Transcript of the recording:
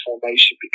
formation